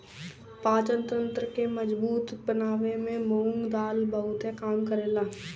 पाचन तंत्र के मजबूत बनावे में मुंग दाल बहुते काम करेला